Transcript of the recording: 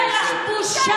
אין לך בושה?